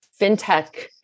fintech